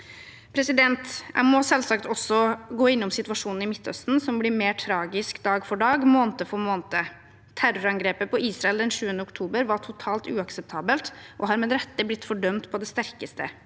å bidra. Jeg må selvsagt også innom situasjonen i Midtøsten, som blir mer tragisk dag for dag og måned for måned. Terrorangrepet på Israel den 7. oktober var totalt uakseptabelt og har med rette blitt fordømt på det sterkeste.